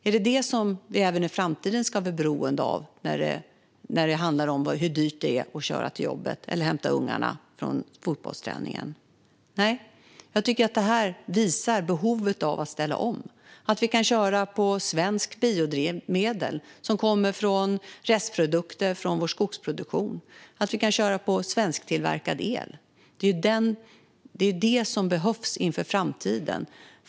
Är det vad vi även i framtiden ska vara beroende av när det handlar om hur dyrt det är att köra till jobbet eller hämta ungarna från fotbollsträningen? Nej, det här visar behovet av att ställa om. Vi kan köra på svenskt biodrivmedel som kommer från restprodukter från vår skogsproduktion. Vi kan köra på svensktillverkad el. Det är sådant som behövs i framtiden.